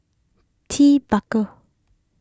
Ted Baker